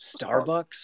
Starbucks